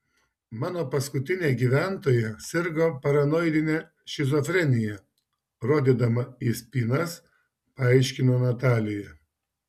mano paskutinė gyventoja sirgo paranoidine šizofrenija rodydama į spynas paaiškino natalija